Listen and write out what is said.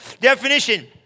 Definition